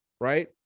right